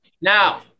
Now